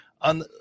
on